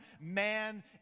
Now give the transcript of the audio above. Man